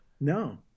No